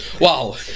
Wow